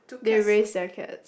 they raise their cats